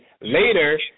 later